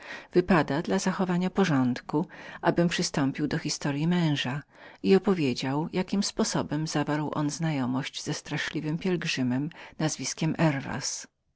wypada w koniecznym porządku abym przystąpił do historyi męża i jakim sposobem ten zabrał znajomość ze straszliwym pielgrzymem nazwiskiem